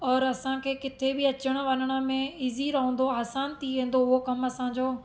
और असांखे किथे बि अचनि वञण में ईज़ी रहंदो आसान थी वेंदो उहो कम असांजो